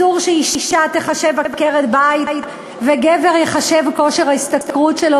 אסור שאישה תיחשב עקרת-בית וגבר ייחשב כושר ההשתכרות שלו.